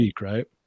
right